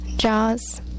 jaws